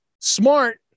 Smart